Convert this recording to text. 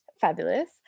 fabulous